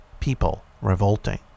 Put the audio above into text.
PeopleRevolting